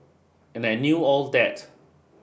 and I knew all that